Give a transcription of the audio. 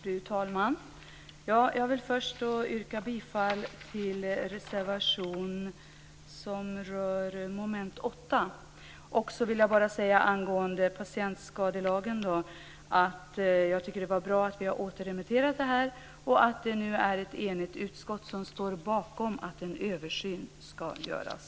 Fru talman! Jag yrkar bifall till reservation 6 under mom. 8. Angående patientskadelagen vill jag säga att det är bra att vi har återremitterat detta och att ett enigt utskott nu står bakom att en översyn ska göras.